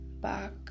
back